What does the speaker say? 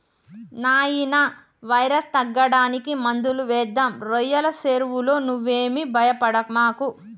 నాయినా వైరస్ తగ్గడానికి మందులు వేద్దాం రోయ్యల సెరువులో నువ్వేమీ భయపడమాకు